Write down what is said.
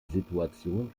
situation